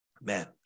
Man